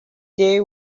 day